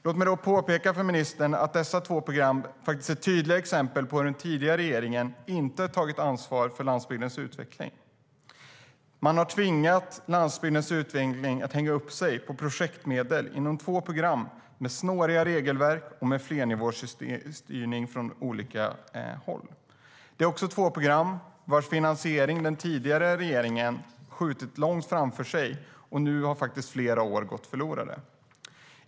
Låt mig då påpeka för ministern att dessa två program faktiskt är tydliga exempel på hur den tidigare regeringen inte tagit ansvar för landsbygdens utveckling. Man har tvingat landsbygdens utveckling att hänga upp sig på projektmedel inom två program med snåriga regelverk och med flernivåstyrning från olika håll. Det är också två program vars finansiering den tidigare regeringen skjutit långt framför sig, och nu har flera år gått förlorade.